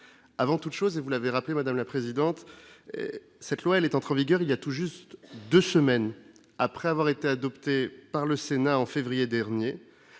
avant toute chose, vous l'avez rappelé Madame la présidente, cette loi, elle est entrée en vigueur il y a tout juste 2 semaines après avoir été adopté par le Sénat en février dernier,